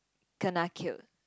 kena killed